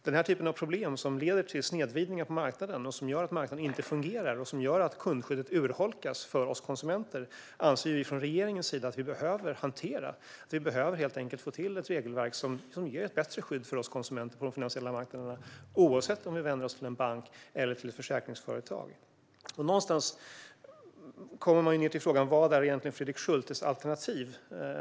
Denna typ av problem, som leder till snedvridningar på marknaden och gör att den inte fungerar och att kundskyddet urholkas för oss konsumenter, anser vi från regeringens sida att vi behöver hantera. Vi behöver helt enkelt få till ett regelverk som ger ett bättre skydd för oss konsumenter på de finansiella marknaderna, oavsett om vi vänder oss till en bank eller till ett försäkringsföretag. Någonstans kommer man till frågan: Vad är egentligen Fredrik Schultes alternativ?